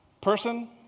person